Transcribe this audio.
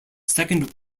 second